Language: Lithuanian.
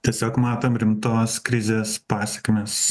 tiesiog matom rimtos krizės pasekmes